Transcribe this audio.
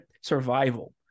Survival